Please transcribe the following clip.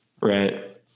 Right